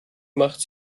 macht